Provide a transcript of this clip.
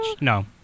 no